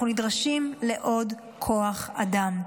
אנחנו נדרשים לעוד כוח אדם.